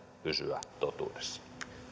pysyä totuudessa